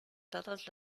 todos